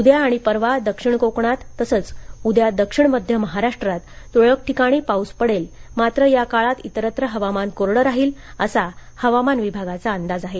उद्या आणि परवा दक्षिण कोकणात तसंच उद्या दक्षिण मध्य महाराष्ट्रात तूरळक ठिकाणी पाऊस पडेल मात्र या काळात इतरत्र हवामान कोरडं राहील असा हवामान विभागाचा अंदाज आहे